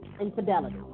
infidelity